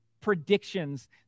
predictions